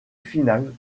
finale